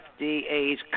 FDA's